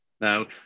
Now